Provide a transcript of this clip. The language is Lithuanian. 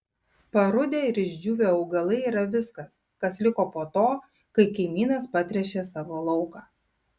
parudę ir išdžiūvę augalai yra viskas kas liko po to kai kaimynas patręšė savo lauką